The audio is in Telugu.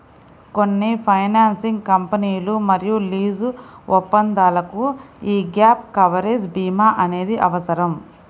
కొన్ని ఫైనాన్సింగ్ కంపెనీలు మరియు లీజు ఒప్పందాలకు యీ గ్యాప్ కవరేజ్ భీమా అనేది అవసరం